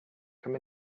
come